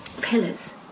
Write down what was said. pillars